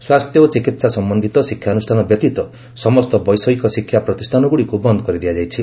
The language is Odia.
ସ୍ୱାସ୍ଥ୍ୟ ଓ ଚିକିତ୍ସା ସମ୍ଭନ୍ଧିତ ଶିକ୍ଷାନୁଷ୍ଠାନ ବ୍ୟତୀତ ସମସ୍ତ ବୈଷୟିକ ଶିକ୍ଷା ପ୍ରତିଷ୍ଠାନଗୁଡ଼ିକୁ ବନ୍ଦ କରିଦିଆଯାଇଛି